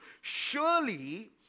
Surely